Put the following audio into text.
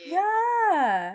yeah